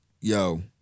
Yo